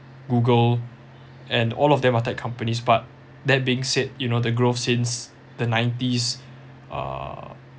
google and all of them are tech companies but that being said you know the growth since the nineties uh